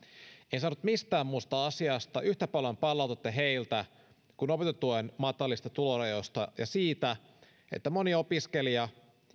saanut heiltä mistään muusta asiasta yhtä paljon palautetta kuin opintotuen matalista tulorajoista ja moni opiskelija